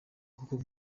koko